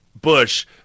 Bush